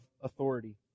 authority